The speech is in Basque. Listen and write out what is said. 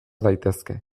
daitezke